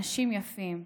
אנשים יפים,